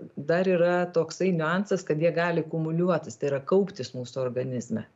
dar yra toksai niuansas kad jie gali akumuliuotis tai yra kauptis mūsų organizme